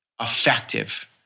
effective